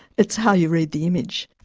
it's how you read the image.